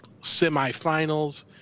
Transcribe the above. semifinals